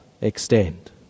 extend